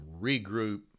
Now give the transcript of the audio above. regroup